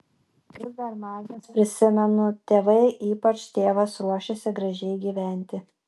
kaip dar mažas prisimenu tėvai ypač tėvas ruošėsi gražiai gyventi